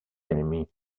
enemy